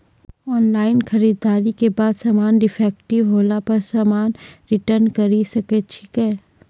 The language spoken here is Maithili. ऑनलाइन खरीददारी के बाद समान डिफेक्टिव होला पर समान रिटर्न्स करे सकय छियै?